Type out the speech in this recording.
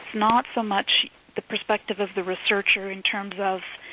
not so much the perspective of the researcher in terms of